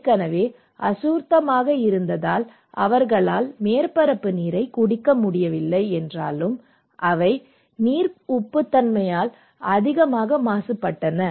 ஏற்கனவே அசுத்தமாக இருந்ததால் அவர்களால் மேற்பரப்பு நீரைக் குடிக்க முடியவில்லை என்றாலும் அவை நீர் உப்புத்தன்மையால் அதிகமாக மாசுபட்டன